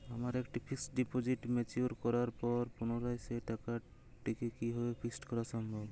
আমার একটি fixed deposit mature করার পর পুনরায় সেই টাকাটিকে কি ফিক্সড করা সম্ভব?